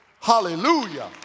Hallelujah